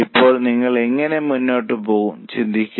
ഇപ്പോൾ നിങ്ങൾ എങ്ങനെ മുന്നോട്ട് പോകും ചിന്തിക്കുക